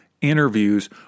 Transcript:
interviews